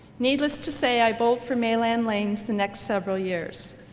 needless to say i bowled for mainland lanes the next several years.